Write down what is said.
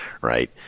right